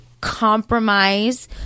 compromise